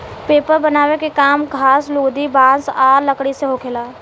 paper बनावे के काम घास, लुगदी, बांस आ लकड़ी से होखेला